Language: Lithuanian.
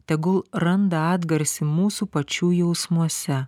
tegul randa atgarsį mūsų pačių jausmuose